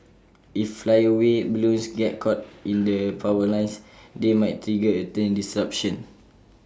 if flyaway balloons get caught in the power lines they might trigger A train disruption